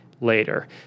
later